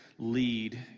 lead